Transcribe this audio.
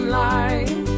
light